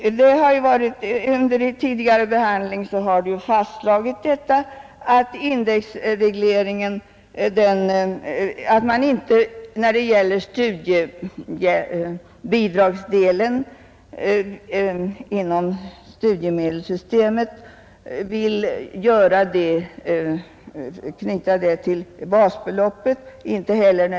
Under tidigare behandling har ju fastslagits att man inte vill knyta studiebidragsdelen inom studiemedelssystemet till basbeloppet.